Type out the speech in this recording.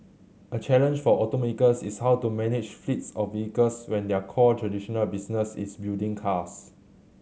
a challenge for automakers is how to manage fleets of vehicles when their core traditional business is building cars